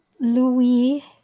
Louis